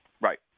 Right